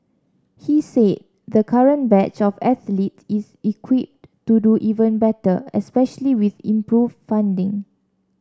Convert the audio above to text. he said the current batch of athletes is equipped to do even better especially with improved funding